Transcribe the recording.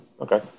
Okay